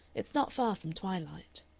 it's not far from twilight.